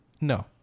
no